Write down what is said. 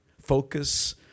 focus